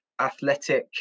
athletic